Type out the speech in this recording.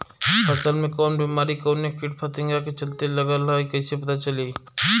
फसल में कवन बेमारी कवने कीट फतिंगा के चलते लगल ह कइसे पता चली?